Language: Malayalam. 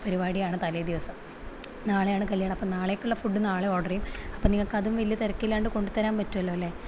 പരിപാടിയാണ് തലേ ദിവസം നാളെയാണ് കല്യാണം അപ്പം നാളേക്കുള്ള ഫുഡ് നാളെ ഓർഡർ ചെയ്യും അപ്പം നിങ്ങൾക്ക് അതും വലിയ തിരക്കില്ലാണ്ട് കൊണ്ടുതരാൻ പറ്റുമല്ലോ അല്ലേ